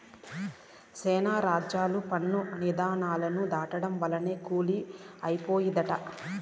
శానా రాజ్యాలు పన్ను ఇధానాలు దాటడం వల్లనే కూలి పోయినయంట